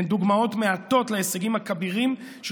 אלה דוגמאות מעטות להישגים הכבירים של